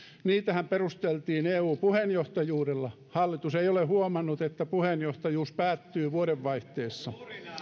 niitähän perusteltiin eu puheenjohtajuudella hallitus ei ole huomannut että puheenjohtajuus päättyy vuodenvaihteessa